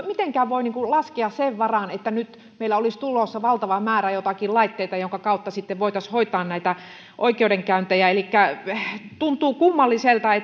mitenkään voi laskea sen varaan että nyt meillä olisi tulossa valtava määrä joitakin laitteita joiden kautta sitten voitaisiin hoitaa näitä oikeudenkäyntejä tuntuu kummalliselta